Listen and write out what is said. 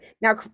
Now